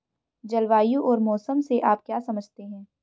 जलवायु और मौसम से आप क्या समझते हैं?